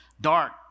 dark